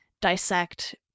Dissect